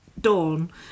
Dawn